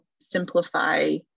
simplify